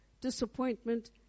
disappointment